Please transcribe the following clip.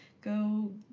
go